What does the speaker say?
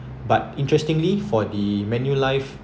but interestingly for the Manulife